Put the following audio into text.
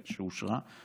שאושרה,